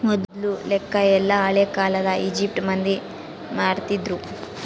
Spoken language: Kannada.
ಮೊದ್ಲು ಲೆಕ್ಕ ಎಲ್ಲ ಹಳೇ ಕಾಲದ ಈಜಿಪ್ಟ್ ಮಂದಿ ಮಾಡ್ತಿದ್ರು